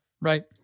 Right